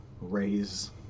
raise